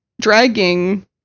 dragging